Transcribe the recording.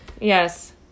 Yes